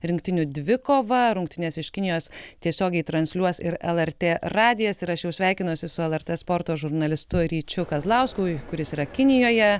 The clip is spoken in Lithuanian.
rinktinių dvikova rungtynes iš kinijos tiesiogiai transliuos ir lrt radijas ir aš jau sveikinuosi su lrt sporto žurnalistu ryčiu kazlausku kuris yra kinijoje